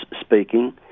speaking